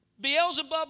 Beelzebub